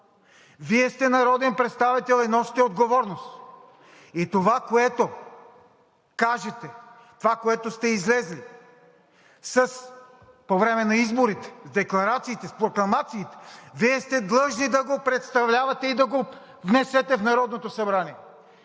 Вие сте народен представител и носите отговорност, и това, което кажете, това, с което сте излезли по време на изборите – с декларациите, с прокламациите, Вие сте длъжни да го представлявате и да го внесете в Народното събрание.